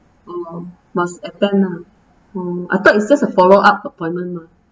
oh must attend lah I thought it's just a follow up appointment mah